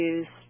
Use